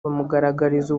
bamugaragariza